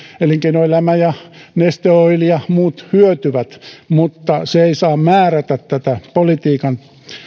elinkeinoelämä ja neste oil ja muut hyötyvät mutta se ei saa määrätä politiikan